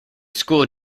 school